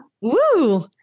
Woo